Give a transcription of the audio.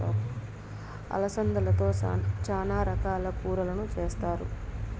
అలసందలతో చానా రకాల కూరలను చేస్తారు